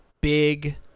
big